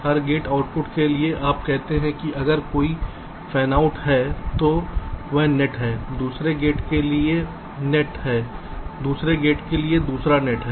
हर gate output के लिए आप कहते हैं कि अगर कोई फैनआउट है तो वह नेट है दूसरे गेट के लिए नेट है दूसरे गेट के लिए दूसरा नेट है